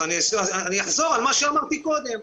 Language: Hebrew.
אני אחזור על מה שאמרתי קודם.